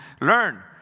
learn